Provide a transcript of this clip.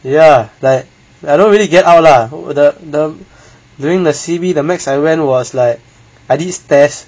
ya like I don't really get out lah the the during the C_B the max I went was like at this test